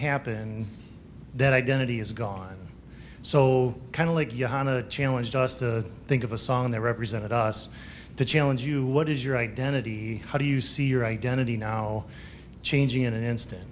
happened that identity is gone so kind of like yon a challenge to us to think of a song they represent us to challenge you what is your identity how do you see your identity now changing in an instant